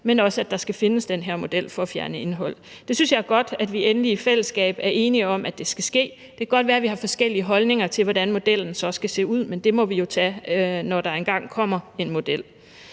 men også at der skal findes den her model for at fjerne indhold. Jeg synes, det er godt, at vi endelig i fællesskab er enige om, at det skal ske. Det kan godt være, at vi har forskellige holdninger til, hvordan modellen skal se ud, men det må vi jo så tage, når der engang kommer en model.